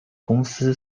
公司